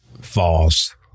false